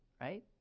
right